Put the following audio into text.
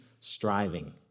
striving